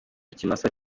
ikimasa